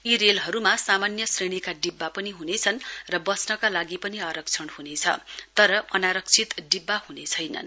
यी रेलहरूमा सामान्य श्रेणीका डिब्बा पनि हुनेछन् र बस्नका लागि पनि आरक्षण हुनेछ तर अनारक्षित डिब्बा हुने छैनन्